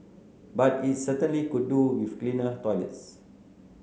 but it's certainly could do with cleaner toilets